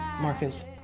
Marcus